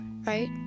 right